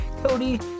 Cody